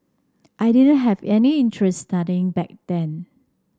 I didn't have any interest studying back then